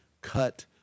cut